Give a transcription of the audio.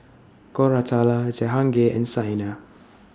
Koratala Jehangirr and Saina